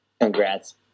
Congrats